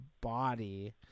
body